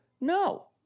No